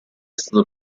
stato